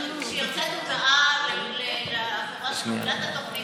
שיוצאת הודעה לחברה שמפעילה את התוכנית